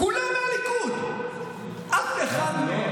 כולם מהליכוד, חוץ מאחד, אולי.